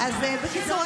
בקיצור,